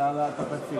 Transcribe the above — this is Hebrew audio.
לשנת התקציב